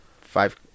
Five